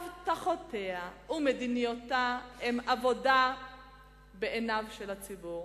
הבטחותיה ומדיניותה הן עבודה בעיניו של הציבור,